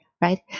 right